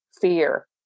fear